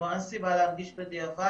כלומר אין סיבה להנגיש בדיעבד,